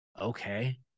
okay